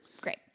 Great